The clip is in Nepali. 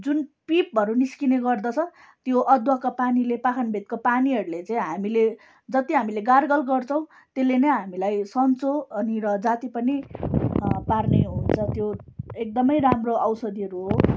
जुन पिपहरू निस्किने गर्दछ त्यो अदुवाको पानीले पाखनबेदको पानीहरूले चाहिँ हामीले जति हामीले गारगल गर्छौँ त्यसले ने हामीलाई सन्चो अनि र जाति पनि पार्ने हुन्छ त्यो एकदमै राम्रो औषधीहरू हो